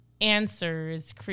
answers